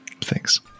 Thanks